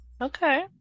Okay